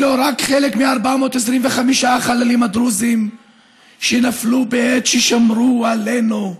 אלו רק חלק מ-425 החללים הדרוזים שנפלו בעת ששמרו עלינו,